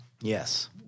Yes